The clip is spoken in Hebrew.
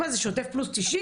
מה זה, שוטף פלוס 90?